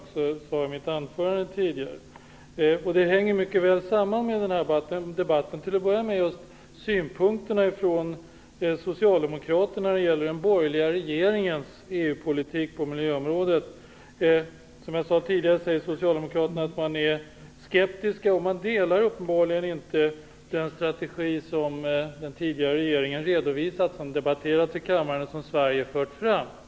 Till att börja med vill jag ta upp synpunkterna från socialdemokraterna när det gäller den borgerliga regeringens EU-politik på miljöområdet. Socialdemokraterna säger att de är skeptiska. De delar uppenbarligen inte den strategi som den tidigare regeringen har redovisat och som har debatterats i kammaren, en strategi som Sverige har fört fram i Europa.